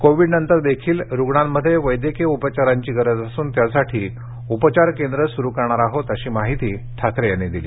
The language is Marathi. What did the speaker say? कोविडनंतरदेखील रुग्णांमध्ये वैद्यकीय उपचारांची गरज असून त्यासाठी उपचार केंद्रे सूरु करणार आहोत अशी माहिती ठाकरे यांनी दिली